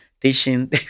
teaching